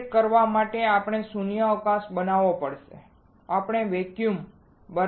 તે કરવા માટે આપણે શૂન્યાવકાશ બનાવવો પડશે આપણે વેક્યુમ બરાબર બનાવવું પડશે